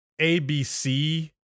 ABC